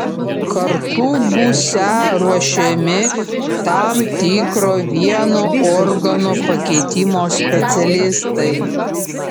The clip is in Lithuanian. kartu būsią ruošiami tam tikro vieno organo pakeitimo specialistai